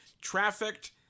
Trafficked